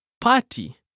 Party